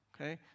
Okay